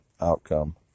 outcome